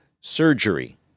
surgery